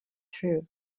through